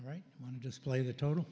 right on display the total